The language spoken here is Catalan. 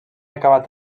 acabat